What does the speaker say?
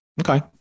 Okay